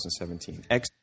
2017